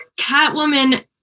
Catwoman